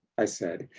i said,